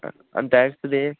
Intex play